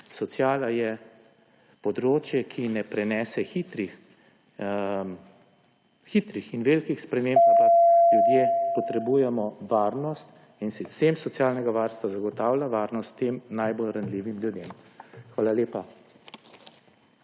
Sociala je področje, ki ne prenese hitrih in velikih sprememb, ampak ljudje potrebujemo varnost in sistem socialnega varstva zagotavlja varnost tem najbolj ranljivih ljudem. Hvala lepa.